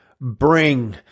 bring